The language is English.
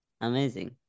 amazing